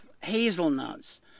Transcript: hazelnuts